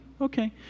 Okay